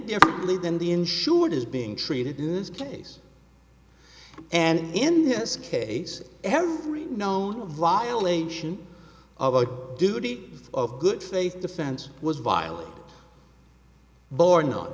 differently than the insured is being treated in this case and in this case every known a violation of a duty of good faith defense was violent born on